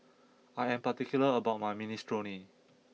I am particular about my Minestrone